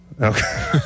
Okay